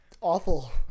awful